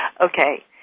Okay